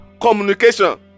communication